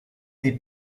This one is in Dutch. die